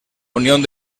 unión